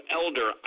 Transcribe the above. elder